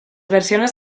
versiones